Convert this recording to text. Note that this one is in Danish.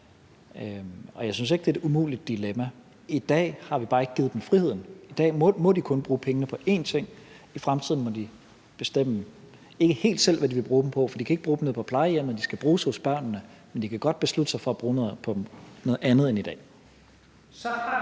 Og jeg synes ikke, det er et umuligt dilemma. I dag har vi bare ikke givet dem friheden; i dag må de kun bruge pengene på én ting, i fremtiden må de bestemme, ikke helt selv, hvad de vil bruge dem på, for de kan ikke bruge dem ude på plejehjemmene, så de skal bruges på børnene, men de kan godt beslutte sig for at bruge dem på noget andet end i dag.